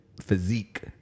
physique